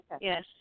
Yes